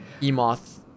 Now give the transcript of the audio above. Emoth